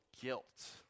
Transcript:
guilt